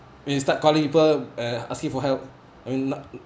when you start calling people uh asking for help I mean not